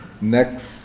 next